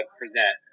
present